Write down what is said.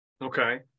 okay